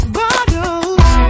bottles